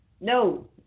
no